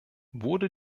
wurde